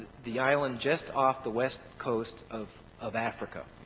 the island just off the west coast of of africa.